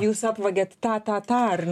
jūs apvagiat tą tą tą ar